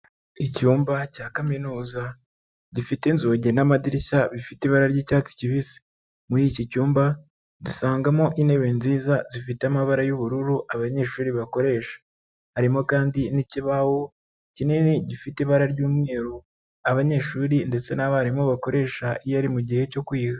Icyumba cya kaminuza gifite inzugi n'amadirishya bifite ibara ry'icyatsi kibisi. Muri iki cyumba dusangamo intebe nziza zifite amabara y'ubururu abanyeshuri bakoresha. Harimo kandi n'ikibaho kinini gifite ibara ry'umweru abanyeshuri ndetse n'abarimu bakoresha iyo ari mu gihe cyo kwiga.